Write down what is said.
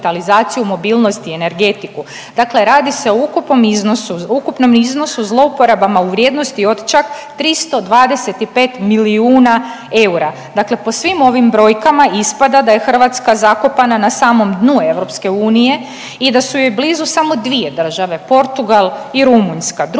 mobilnost i energetiku. Dakle, radi se ukupnom iznosu, ukupnom iznosu zlouporabama u vrijednosti od čak 325 milijuna eura. Dakle, po svim ovim brojkama ispada da je Hrvatska zakopana na samom dnu EU i da su joj blizu samo dvije države Portugal i Rumunjska.